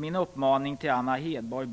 Min uppmaning till Anna Hedborg